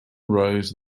rose